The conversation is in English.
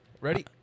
Ready